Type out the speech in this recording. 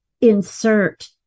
insert